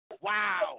Wow